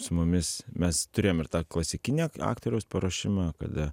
su mumis mes turėjom ir tą klasikinį aktoriaus paruošimą kada